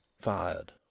fired